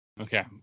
Okay